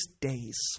days